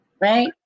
right